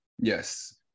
Yes